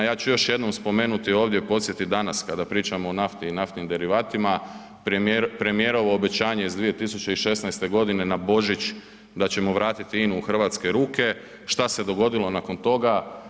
Ja ću još jednom spomenuti ovdje, podsjetit danas kad pričamo o nafti i naftnim derivatima, premijerovo obećanje iz 2016.g. na Božić da ćemo vratiti INA-u u hrvatske ruke, šta se dogodilo nakon toga?